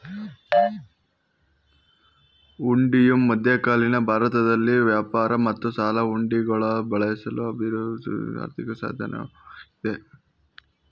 ಹುಂಡಿಯು ಮಧ್ಯಕಾಲೀನ ಭಾರತದಲ್ಲಿ ವ್ಯಾಪಾರ ಮತ್ತು ಸಾಲ ವಹಿವಾಟುಗಳಲ್ಲಿ ಬಳಸಲು ಅಭಿವೃದ್ಧಿಪಡಿಸಿದ ಆರ್ಥಿಕ ಸಾಧನವಾಗಿದೆ